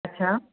छा